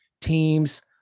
teams